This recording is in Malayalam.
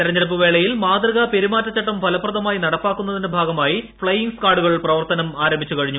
തെരഞ്ഞെടുപ്പ് വേളയ്ടിൽ മാ്തൃകാ പെരുമാറ്റച്ചട്ടം ഫലപ്രദമായി നടപ്പാക്കുന്നതിന്റെ ഭ്യാഗ്ഗമായി ഫ്ളയിംഗ് സ് കാഡുകൾ പ്രവർത്തനം ആരംഭിച്ചുകഴിഞ്ഞു